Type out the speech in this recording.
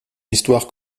histoire